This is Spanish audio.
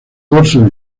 dorso